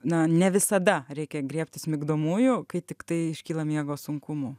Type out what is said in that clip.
na ne visada reikia griebtis migdomųjų kai tiktai iškyla miego sunkumų